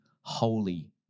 holy